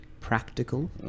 practical